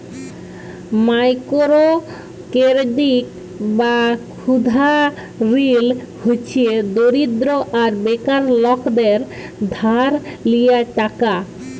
micro credit বা ক্ষুদা ঋল হছে দরিদ্র আর বেকার লকদের ধার লিয়া টাকা